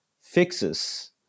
fixes